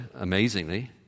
amazingly